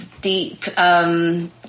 deep